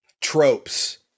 tropes